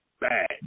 bad